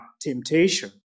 temptation